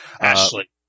Ashley